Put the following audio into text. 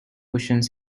cushions